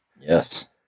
Yes